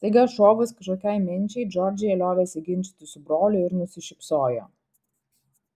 staiga šovus kažkokiai minčiai džordžija liovėsi ginčytis su broliu ir nusišypsojo